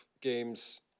games